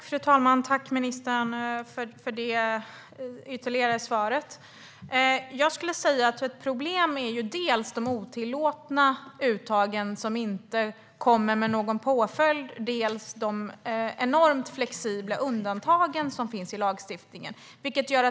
Fru talman! Tack, ministern, för det ytterligare svaret! Ett problem är dels de otillåtna uttagen som inte ger någon påföljd, dels de enormt flexibla undantagen som finns i lagstiftningen.